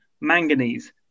manganese